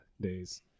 days